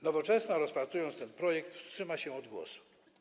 Nowoczesna, rozpatrując ten projekt, wstrzyma się od głosu.